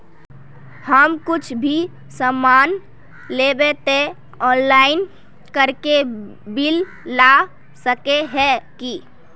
हम कुछ भी सामान लेबे ते ऑनलाइन करके बिल ला सके है की?